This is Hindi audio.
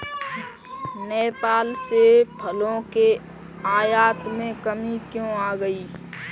नेपाल से फलों के आयात में कमी क्यों आ गई?